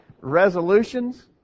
resolutions